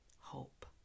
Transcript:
Hope